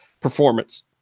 performance